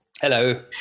Hello